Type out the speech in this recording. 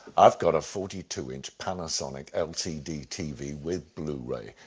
i've got a forty two inch panasonic lcd tv with blu-ray,